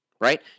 right